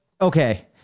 Okay